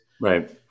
right